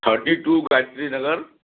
thirty two Gayatri Nagar